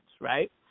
right